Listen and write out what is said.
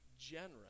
generous